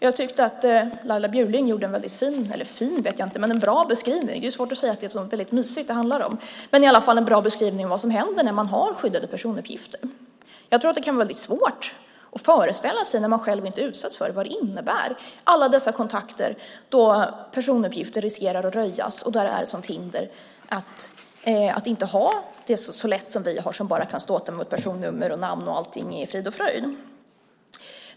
Jag tyckte att Laila Bjurling gjorde en bra beskrivning av vad som händer när man har skyddade personuppgifter. Jag tror att det kan vara väldigt svårt att föreställa sig, när man själv inte utsatts för det, vad det innebär - alla dessa kontakter då personuppgifter riskerar att röjas och det är ett sådant hinder, att inte ha det så lätt som vi har som bara kan ståta med ett personnummer och namn, och allting är frid och fröjd.